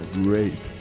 great